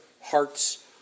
hearts